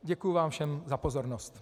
Děkuji vám všem za pozornost.